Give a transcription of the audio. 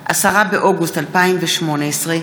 10 באוגוסט 2018,